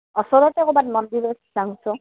ওচৰতে ক'ৰবাত মন্দিৰত যাংছো